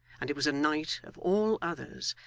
and it was a night, of all others,